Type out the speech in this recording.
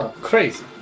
Crazy